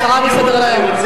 הסרה מסדר-היום?